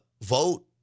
vote